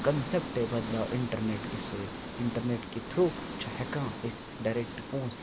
concept بَداو internet کہِ سۭتۍ اِنٹَرنیٹ کہِ تھرٛوٗ چھِ ہٮ۪کان أسۍ ڈایریکٹ پونٛسہٕ